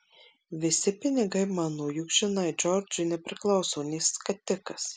visi pinigai mano juk žinai džordžui nepriklauso nė skatikas